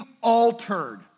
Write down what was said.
Altered